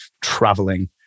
traveling